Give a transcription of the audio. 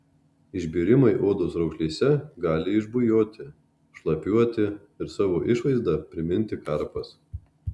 išbėrimai odos raukšlėse gali išbujoti šlapiuoti ir savo išvaizda priminti karpas